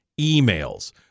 emails